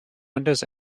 windows